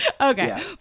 Okay